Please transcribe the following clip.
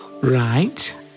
Right